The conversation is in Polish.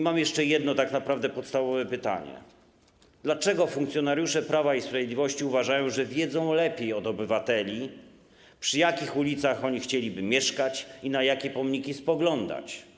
Mam jeszcze jedno, tak naprawdę podstawowe pytanie: Dlaczego funkcjonariusze Prawa i Sprawiedliwości uważają, że wiedzą lepiej od obywateli, przy jakich ulicach oni chcieliby mieszkać i na jakie pomniki spoglądać?